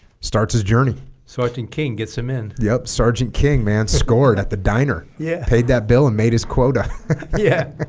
starts his journey sergeant king gets him in yep sergeant king man scored at the diner yeah paid that bill and made his quota yeah ah